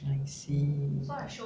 I see